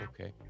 okay